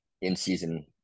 in-season